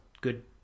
good